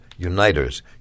uniters